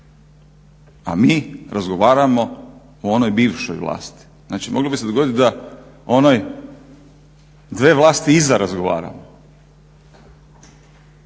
a mi razgovaramo o onoj bivšoj vlasti. Znači, moglo bi se dogoditi da onaj, dve vlasti iza razgovara.